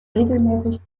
regelmäßig